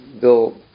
Bill